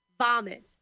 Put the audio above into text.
Vomit